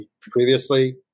Previously